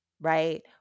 right